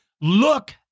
Look